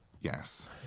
Yes